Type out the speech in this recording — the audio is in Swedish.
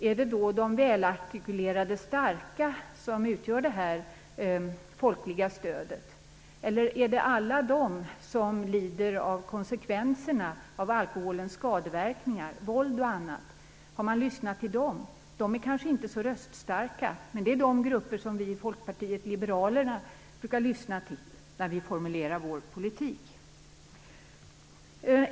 Jag vill då fråga: Är det de välartikulerade, starka människorna som utgör det folkliga stödet? Eller är det alla de som lider av konsekvenserna av alkoholens skadeverkningar, våld och annat? Har man lyssnat till dem? De är kanske inte så röststarka, men det är dessa grupper som vi i Folkpartiet liberalerna brukar lyssna till när vi formulerar vår politik.